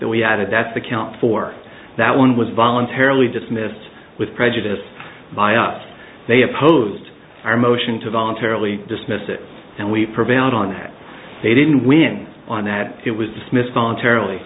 we added that the count for that one was voluntarily dismissed with prejudice by us they opposed our motion to voluntarily dismiss it and we prevailed on that they didn't win on that it was dismissed voluntarily